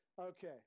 Okay